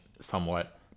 somewhat